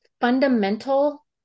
fundamental